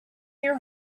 your